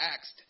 asked